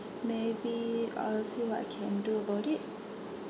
maybe I'll see what I can do about it